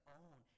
own